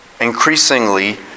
increasingly